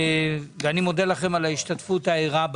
ואני מודה לכם על ההשתתפות הערה.